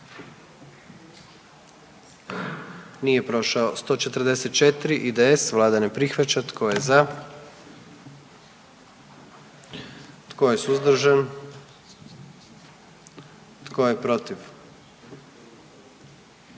zastupnika SDP-a, vlada ne prihvaća. Tko je za? Tko je suzdržan? Tko je protiv?